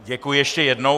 Děkuji ještě jednou.